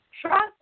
Trust